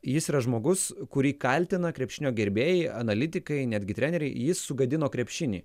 jis yra žmogus kurį kaltina krepšinio gerbėjai analitikai netgi treneriai jis sugadino krepšinį